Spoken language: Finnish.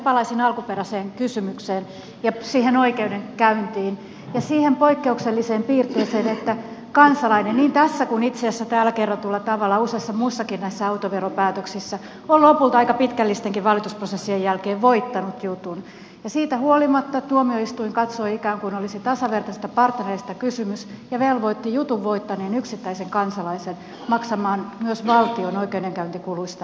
palaisin alkuperäiseen kysymykseen ja siihen oikeudenkäyntiin ja siihen poikkeukselliseen piirteeseen että kansalainen niin tässä kuin itse asiassa täällä kerrotulla tavalla useissa muissakin näissä autoveropäätöksissä on lopulta aika pitkällistenkin valitusprosessien jälkeen voittanut jutun ja siitä huolimatta tuomioistuin katsoi ikään kuin olisi tasavertaisista partnereista kysymys ja velvoitti jutun voittaneen yksittäisen kansalaisen maksamaan myös valtion oikeudenkäyntikuluista osan